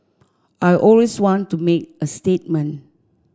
I always want to make a statement